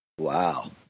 Wow